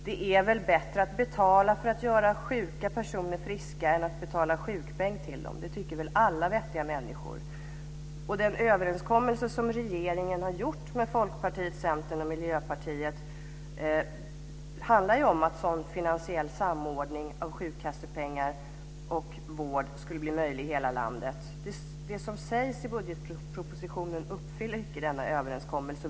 Det är väl bättre betala för att göra sjuka personer friska än att betala ut sjukpeng till dem. Det tycker väl alla vettiga människor. Den överenskommelse som regeringen har träffat med Folkpartiet, Centern och Miljöpartiet går ut på att det skulle bli möjligt med en finansiell samordning av sjukkassepengar och vård i hela landet. Det som sägs i budgetpropositionen uppfyller inte denna överenskommelse.